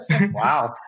Wow